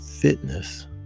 fitness